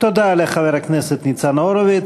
תודה לחבר הכנסת ניצן הורוביץ.